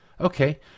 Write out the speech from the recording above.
Okay